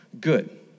good